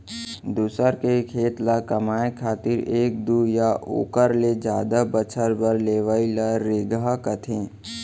दूसर के खेत ल कमाए खातिर एक दू या ओकर ले जादा बछर बर लेवइ ल रेगहा कथें